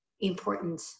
important